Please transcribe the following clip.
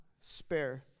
spare